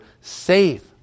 safe